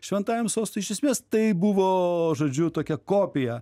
šventajam sostui iš esmės tai buvo žodžiu tokia kopija